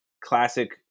classic